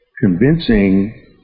convincing